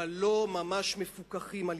אבל לא ממש מפוקחים על-ידה.